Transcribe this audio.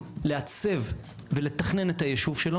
נרשם בפרוטוקול.